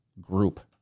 group